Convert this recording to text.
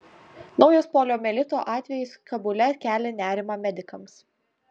naujas poliomielito atvejis kabule kelia nerimą medikams